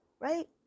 right